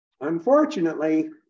Unfortunately